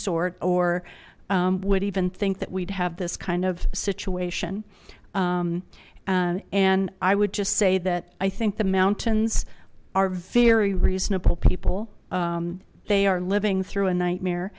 sort or would even think that we'd have this kind of situation and i would just say that i think the mountains are very reasonable people they are living through a nightmare